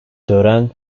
tören